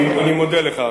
אני מודה לך.